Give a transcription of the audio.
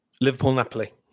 Liverpool-Napoli